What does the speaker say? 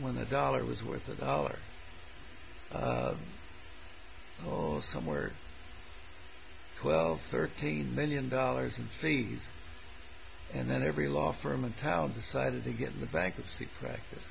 when the dollar was worth a dollar or somewhere twelve thirteen million dollars in fees and then every law firm in town decided to get the bankruptcy practice